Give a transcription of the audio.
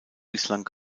bislang